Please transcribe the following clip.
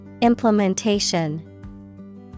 Implementation